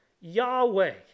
Yahweh